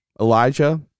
Elijah